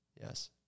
yes